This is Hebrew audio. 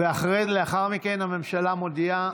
ולאחר מכן הממשלה מודיעה,